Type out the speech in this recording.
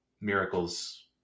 Miracles